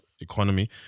economy